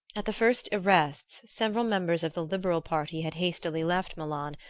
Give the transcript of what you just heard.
at the first arrests several members of the liberal party had hastily left milan,